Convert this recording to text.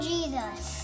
Jesus